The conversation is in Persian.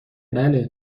بله